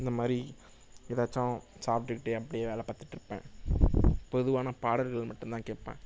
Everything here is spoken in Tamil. இந்த மாதிரி எதாச்சும் சாப்பிட்டுக்கிட்டு அப்படியே வேலை பார்த்துட்ருப்பேன் பொதுவாக நான் பாடல்கள் மட்டும் தான் கேட்பேன்